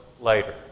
later